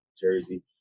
Jersey